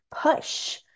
push